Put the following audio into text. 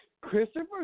Christopher